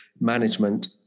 management